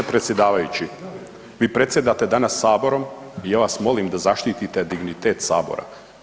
G. predsjedavajući, vi predsjedate danas Saborom i ja vas molim da zaštitite dignitet Sabora.